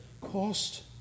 cost